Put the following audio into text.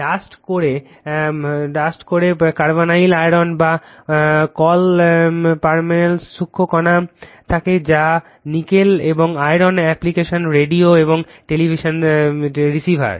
dust core carbonyl iron বা কল পারম্যালয়ের সূক্ষ্ম কণা থাকে যা নিকেল এবং আয়রন অ্যাপ্লিকেশন রেডিও এবং টেলিভিশন রিসিভার